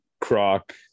Croc